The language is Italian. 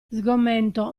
sgomento